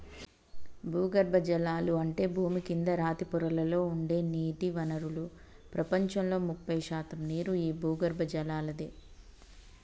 భూగర్బజలాలు అంటే భూమి కింద రాతి పొరలలో ఉండే నీటి వనరులు ప్రపంచంలో ముప్పై శాతం నీరు ఈ భూగర్బజలలాదే